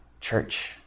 church